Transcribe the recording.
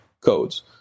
codes